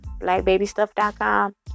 blackbabystuff.com